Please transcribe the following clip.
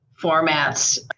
formats